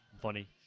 funny